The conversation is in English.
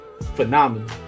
phenomenal